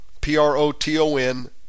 P-R-O-T-O-N